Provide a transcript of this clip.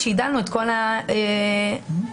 עוד לפני הכניסה לתוקף של חוק חדלות פירעון.